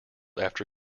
after